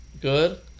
Good